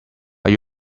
are